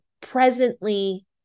presently